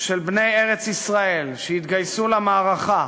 של בני ארץ-ישראל שהתגייסו למערכה,